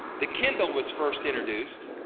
the kindle was first introduced,